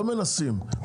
לא מנסים,